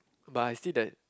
but I see that